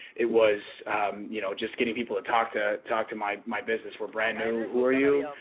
it was you know just getting people to talk to talk to my my business. we're brand new, who are you?